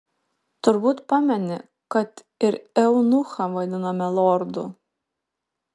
turbūt pameni kad ir eunuchą vadinome lordu